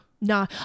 No